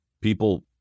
people